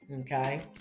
Okay